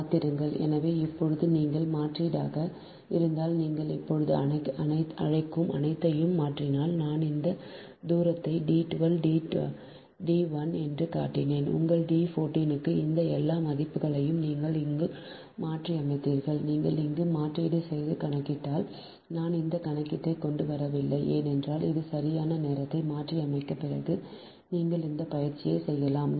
எனவே காத்திருங்கள் எனவே இப்போது நீங்கள் மாற்றீடாக இருந்தால் நீங்கள் இப்போது அழைக்கும் அனைத்தையும் மாற்றினால் நான் இந்த தூரத்தை D 12 D 1 என்று காட்டினேன் உங்கள் D 14 இந்த எல்லா மதிப்புகளையும் நீங்கள் இங்கு மாற்றியமைத்தீர்கள் நீங்கள் இங்கு மாற்றீடு செய்து கணக்கிட்டால் நான் அந்த கணக்கீட்டை கொண்டு வரவில்லை ஏனெனில் இது சரியான நேரத்தை மாற்றியமைத்த பிறகு நீங்கள் இந்த பயிற்சியை செய்யலாம்